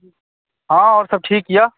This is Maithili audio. हँ आओर सब ठीक यऽ